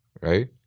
right